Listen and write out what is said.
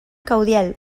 caudiel